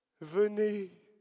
venez